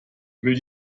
will